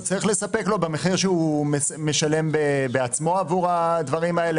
הוא צריך לספק לו במחיר שהוא משלם בעצמו עבור הדברים האלה